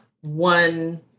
one